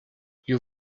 you